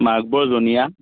Baghbar Jonai